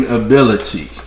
ability